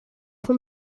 from